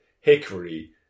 Hickory